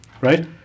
right